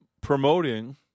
promoting